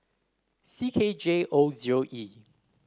C K J O zero E